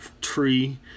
tree